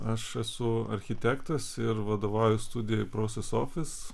aš esu architektas ir vadovauju studijai prosis ofis